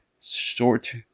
short